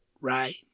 right